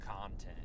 content